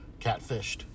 catfished